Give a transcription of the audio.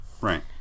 Right